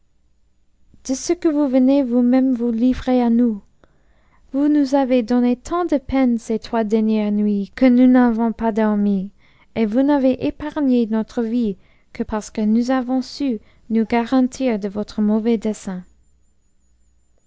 de ce que vous venez vous-même vous livrer à nous vous nous avez donné tant de peines ces trois dernières nuits que nous n'en avons pas dormi et vous n'avez épargné notre vie que parce que nous avons su nous garantir de votre mauvais dessein